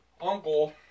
uncle